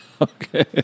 Okay